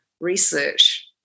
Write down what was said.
research